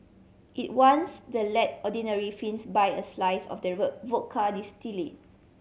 it wants the let ordinary Finns buy a slice of the vodka